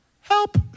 help